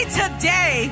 today